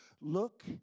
Look